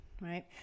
right